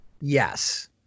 Yes